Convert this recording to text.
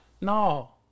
no